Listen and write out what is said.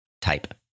type